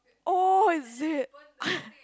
oh is it